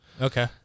Okay